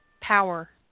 power